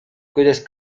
kuidas